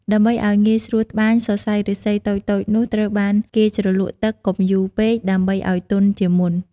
ដើម្បីឲ្យងាយស្រួលត្បាញ សរសៃឫស្សីតូចៗនោះ ត្រូវបានគេជ្រលក់ទឹក កុំយូរពេក ដើម្បីឲ្យទន់ជាមុន។